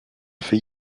fait